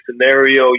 scenario